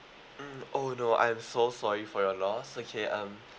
mm oh no I'm so sorry for your loss okay um